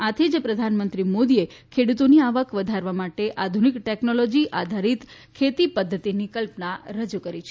આથી જ પ્રધાનમંત્રી નરેન્દ્ર મોદીએ ખેડૂતોની આવક વધારવા માટે આધુનિક ટેકનોલોજી આધારિત ખેતી પદ્ધતિની કલ્પના રજૂ કરી છે